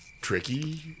tricky